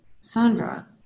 Sandra